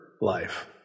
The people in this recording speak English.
life